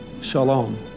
shalom